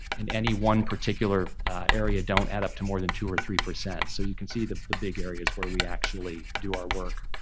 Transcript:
in any one particular area, don't add up to more than two or three percent. so you can see the the big areas where we actually do our work.